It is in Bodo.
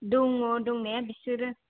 दङ दंनाया बिसोरो